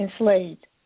enslaved